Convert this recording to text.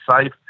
safe